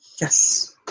Yes